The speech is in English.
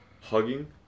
hugging